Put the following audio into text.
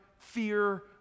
fear